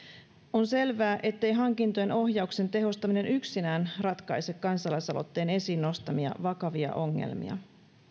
on selvää ettei hankintojen ohjauksen tehostaminen yksinään ratkaise kansalaisaloitteen esiin nostamia vakavia ongelmia